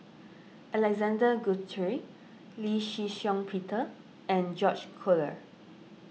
Alexander Guthrie Lee Shih Shiong Peter and George Collyer